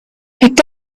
picked